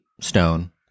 stone